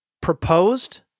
proposed